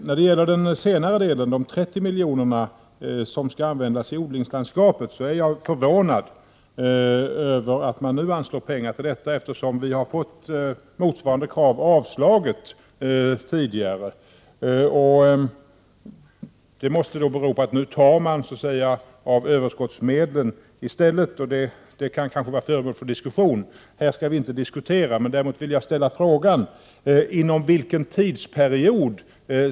När det gäller de 30 milj.kr. som skall användas till odlingslandskapet, är jag förvånad över att pengar nu anslås för detta, eftersom motsvarande krav tidigare inte har tillgodosetts. Det måste innebära att pengar nu tas från överskottsmedlen, vilket kanske kan bli föremål för diskussion. Men det skall vi inte diskutera nu. När skall dessa pengar användas?